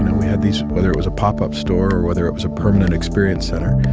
and we had these whether it was a pop-up store or whether it was a permanent experience center,